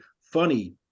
funny